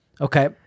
Okay